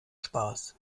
spaß